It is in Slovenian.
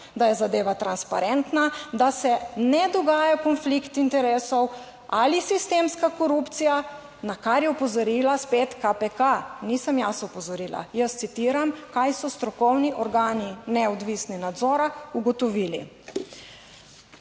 (Nadaljevanje) da se ne dogaja konflikt interesov, ali sistemska korupcija, na kar je opozorila spet KPK, nisem jaz opozorila. Jaz citiram: kaj so strokovni organi neodvisni nadzora ugotovili.